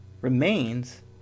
remains